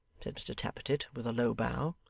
said mr tappertit with a low bow,